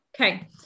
Okay